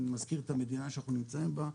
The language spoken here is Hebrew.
אני מזכיר את המדינה שאנחנו נמצאים בה,